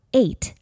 eight